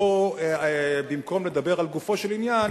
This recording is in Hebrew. ופה במקום לדבר על גופו של עניין,